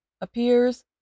appears